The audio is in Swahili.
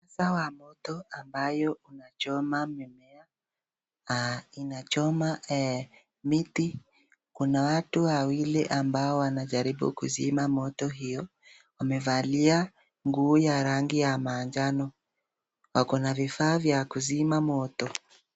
Dawa ya moto ambayo inachoma mimea inachoma miti, kuna watu wawili ambao wanajaribu kuzima moto hiyo, wamevalia nguo ya rangi ya manjano, wako na vifaa vya kuzima moto.